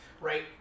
right